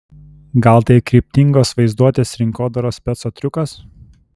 gal tai kryptingos vaizduotės rinkodaros speco triukas